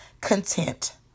content